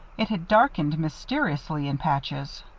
it had darkened mysteriously in patches.